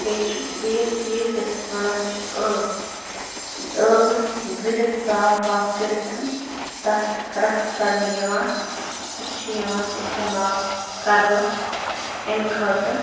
بیٚیہِ چھِ بیٛاکھ چیٖز یَتھ أسۍ وَنان چھِ ٲلوٕ ٲلوٕ زٕلِتھ صاف واف کٔرِتھ تَتھ رَس کَڑنہٕ یِوان سُہ تہِ چھِ یِوان اِستعمال کَرنہٕ اَمہِ خٲطرٕ